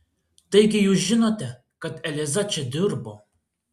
taigi jūs žinote kad eliza čia dirbo